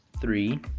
three